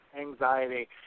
anxiety